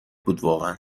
بودواقعا